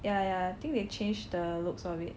ya ya I think they change the looks of it